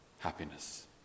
happiness